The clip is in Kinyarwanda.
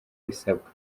bisabwa